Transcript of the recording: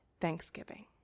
Thanksgiving